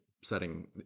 setting